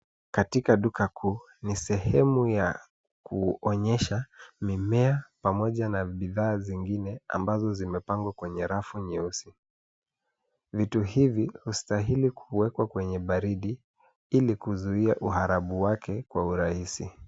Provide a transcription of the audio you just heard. Katika duka kuu ni sehemu ya kuonyesha mimea pamoja na bidhaa zingine ambazo zimepangwa kwenye rafu nyeusi ,vitu hivi hustahili kuwekwa kwenye baridi ili kuzuia uharabu wake kwa urahisi.